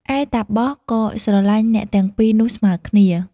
ឯតាបសក៏ស្រឡាញ់ អ្នកទាំងពីរនោះស្មើគ្នា។